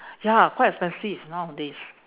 ya quite expensive nowadays